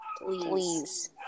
Please